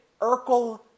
Urkel